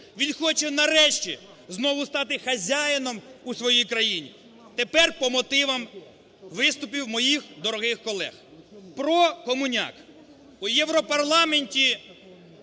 Він хоче нарешті знову стати хазяїном у своїй країні. Тепер по мотивам виступів моїх дорогих колег. Про комуняк. У Європарламенті